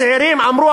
הצעירים אמרו,